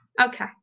Okay